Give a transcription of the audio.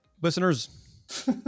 listeners